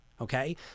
okay